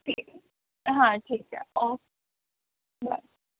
ਠੀਕ ਹਾਂ ਠੀਕ ਹੈ ਓਕੇ ਬਾਏ